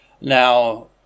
Now